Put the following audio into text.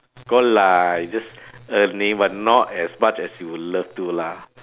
got lah you just earning but not as much as you would love to lah